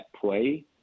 play